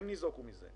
הם ניזוקו מזה,